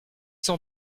sont